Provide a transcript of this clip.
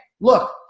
look